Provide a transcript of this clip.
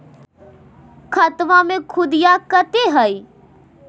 खतबा मे सुदीया कते हय?